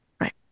Right